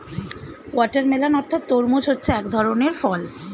watermelon অর্থাৎ তরমুজ হচ্ছে এক ধরনের ফল